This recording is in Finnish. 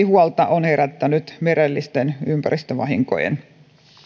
huolta on herättänyt merellisten ympäristövahinkojen